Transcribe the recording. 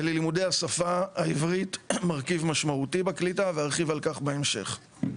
ללימודי השפה העברית מרכיב משמעותי בקליטה וארחיב על כך בהמשך.